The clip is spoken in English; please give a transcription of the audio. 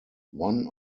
one